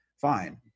fine